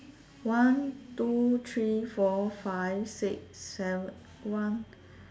one two three four five six seven one